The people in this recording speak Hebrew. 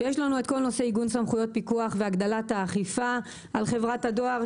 יש לנו את כל נושא עיגון סמכויות פיקוח והגדלת האכיפה על חברת הדואר,